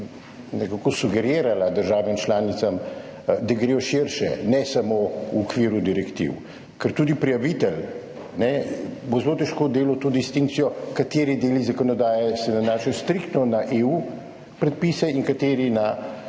nekako sugerirala državam članicam, da gredo širše, ne samo v okviru direktiv. Ker tudi prijavitelj bo zelo težko delal to distinkcijo, kateri deli zakonodaje se nanašajo striktno na predpise EU in kateri na